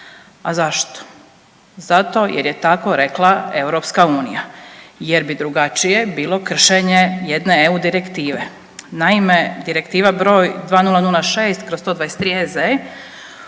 A zašto? Zato jer je tako rekla Europska unija. Jer bi drugačije bilo kršenje jedne EU Direktive. Naime, Direktiva broj 2006/123 EZ